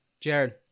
Jared